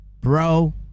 bro